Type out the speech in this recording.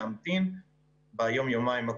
אבל זה אני שומע בדין ודברים ביניכם לבין